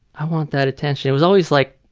i want that attention. it was always like,